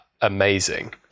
amazing